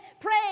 pray